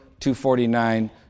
249